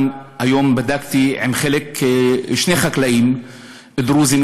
גם היום בדקתי עם שני חקלאים דרוזים,